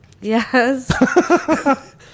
Yes